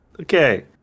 Okay